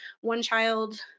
one-child